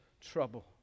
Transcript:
trouble